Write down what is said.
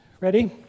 Ready